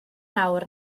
nawr